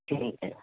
ਠੀਕ ਹੈ